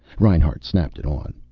reinhart snapped it on.